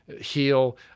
heal